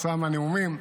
כתוצאה מהנאומים.